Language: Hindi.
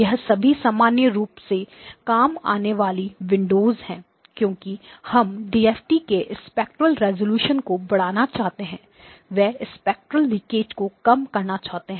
यह सभी सामान्य रूप से काम आने वाली विंडोस है क्योंकि हम डीएफटी के स्पेक्ट्रल रेजोल्यूशन को बढ़ाना चाहते हैं वे स्पेक्ट्रल लीकेज spectral leakage को कम करना चाहते हैं